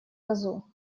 козу